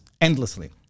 endlessly